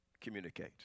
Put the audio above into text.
communicate